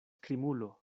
krimulo